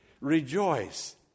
Rejoice